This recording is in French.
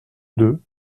deux